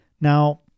Now